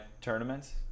tournaments